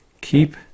keep